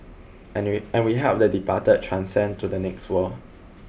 and we and we help the departed transcend to the next world